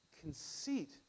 conceit